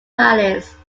palace